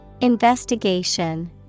Investigation